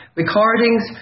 recordings